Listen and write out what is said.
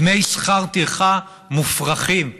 דמי שכר טרחה מופרכים.